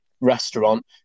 restaurant